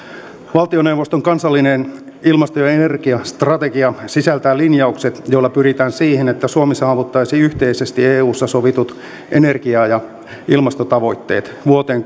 valtioneuvoston kansallinen ilmasto ja energiastrategia sisältää linjaukset joilla pyritään siihen että suomi saavuttaisi yhteisesti eussa sovitut energia ja ilmastotavoitteet vuoteen